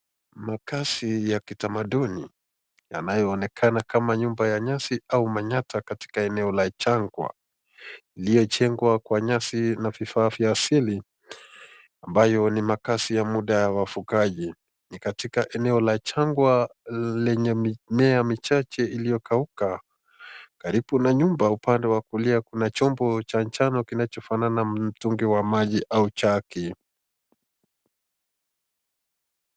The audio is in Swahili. Makasi ya kitamaduni yanayoonekana kama nyumba ya nyasi au manyatta katika eneo la Changwa iliyojengwa kwa nyasi na vifaa vya asili ambayo ni makasi ya muda wa ufukaji katika eneo la Changwa lenye mimea michache iliyokauka karibu na nyumba, upande wa kulia kuna chombo cha njano kinachofanana na mtungi wa maji au chaki.